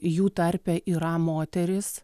jų tarpe yra moterys